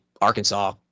Arkansas